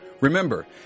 Remember